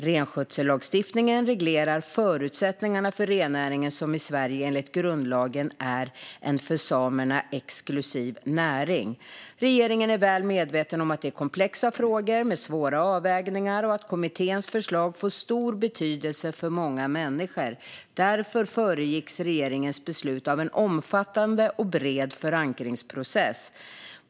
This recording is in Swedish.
Renskötsellagstiftningen reglerar förutsättningarna för rennäringen, som i Sverige enligt grundlagen är en för samerna exklusiv näring. Regeringen är väl medveten om att det är komplexa frågor med svåra avvägningar och att kommitténs förslag får stor betydelse för många människor. Därför föregicks regeringens beslut av en omfattande och bred förankringsprocess.